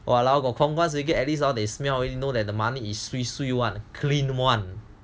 !walao! got Khong Guan at least they smell you know that the money is sui sui [one] clean [one]